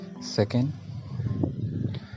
Second